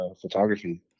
photography